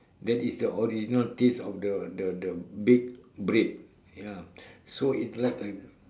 that is the original taste of the the the big bread ya so is like